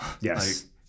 Yes